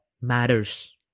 matters